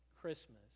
Christmas